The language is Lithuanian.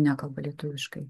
nekalba lietuviškai